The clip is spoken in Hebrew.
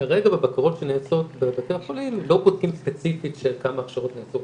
כרגע בבקרות שנעשות בבתי החולים לא בודקים ספציפית כמה הכשרות נעשו,